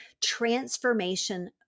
transformation